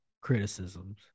criticisms